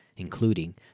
including